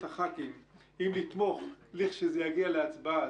הח"כים אם לתמוך לכשזה יגיע להצבעה,